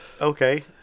Okay